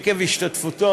עקב השתתפותו,